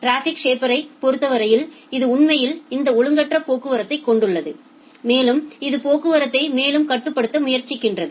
traffic ஷேப்பரை பொறுத்தவரையில் இது உண்மையில் இந்த ஒழுங்கற்ற போக்குவரத்தைக் கொண்டுள்ளது மேலும் இது போக்குவரத்தை மேலும் கட்டுப்படுத்த முயற்சிக்கிறது